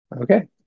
Okay